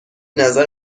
نظر